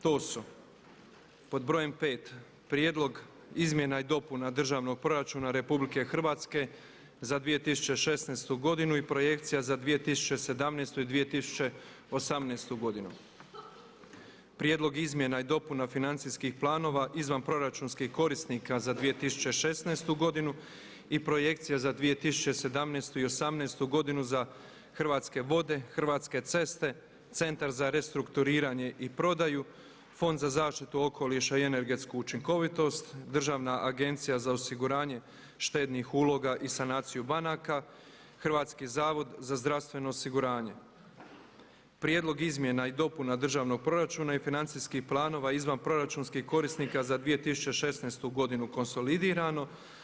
To su: 5.Prijedlog izmjena i dopuna Državnog proračuna RH za 2016. i projekcija za 2017. i 2018. godinu, Prijedlog izmjena i dopuna Financijskih planova izvanproračunskih korisnika za 2016. godinu i projekcija za 2017. i 2018. godinu za Hrvatske vode, Hrvatske ceste, Centar za restrukturiranje i prodaju, Fond za zaštitu okoliša i energetsku učinkovitost, Državna agencija za osiguranje štednih uloga i sanaciju banaka, Hrvatski zavod za zdravstveno osiguranje, Prijedlog izmjena i dopuna Državnog proračuna i financijskih planova izvan proračunskih korisnika za 2016. godinu konsolidirano.